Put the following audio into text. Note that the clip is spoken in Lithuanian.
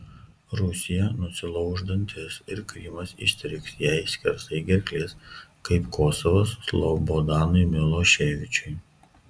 rusija nusilauš dantis ir krymas įstrigs jai skersai gerklės kaip kosovas slobodanui miloševičiui